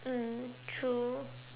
mm true